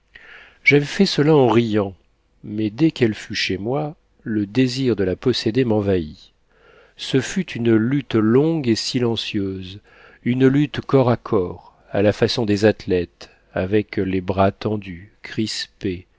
j'avais fait cela en riant mais dès qu'elle fut chez moi le désir de la posséder m'envahit ce fut une lutte longue et silencieuse une lutte corps à corps à la façon des athlètes avec les bras tendus crispés